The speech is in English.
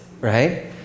right